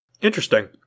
Interesting